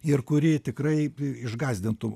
ir kuri tikrai išgąsdintų